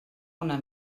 una